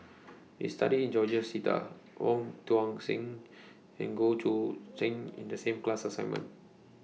We studied George Sita Wong Tuang Seng and Goh Choo San in The same class assignment